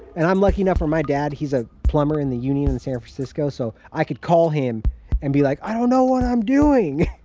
and i'm lucky enough where my dad, he's a plumber in the union in san francisco, so i could call him and be like, i don't know what i'm doing.